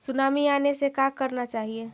Tsunami आने से का करना चाहिए?